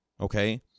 Okay